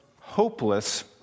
hopeless